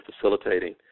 facilitating